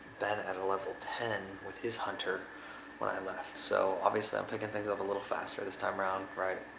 ben at a level ten with his hunter when i left so obviously i'm picking things up a little faster this time around, right?